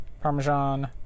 Parmesan